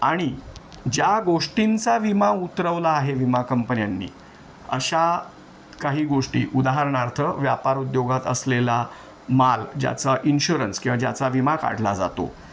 आणि ज्या गोष्टींचा विमा उतरवला आहे विमा कंपन्यांनी अशा काही गोष्टी उदाहरणार्थ व्यापार उद्योगात असलेला माल ज्याचा इन्श्युरन्स किंवा ज्याचा विमा काढला जातो